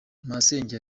masenge